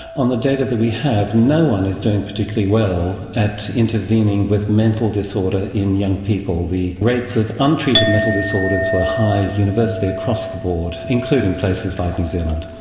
on the data that we have no one is doing particularly well at intervening with mental disorder in young people. the rates of untreated mental disorders were high universally across the board including places like new zealand.